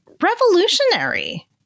revolutionary